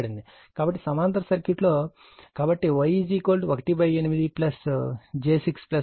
కాబట్టి సమాంతర సర్క్యూట్లో కాబట్టి Y 18 j 6 1 8